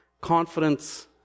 confidence